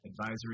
Advisory